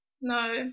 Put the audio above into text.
No